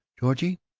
georgie,